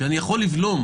שאני יכול לבלום,